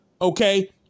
Okay